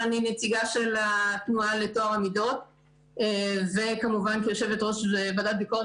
אני נציגה של התנועה לטוהר המידות וכמובן כיושבת-ראש ועדת ביקורת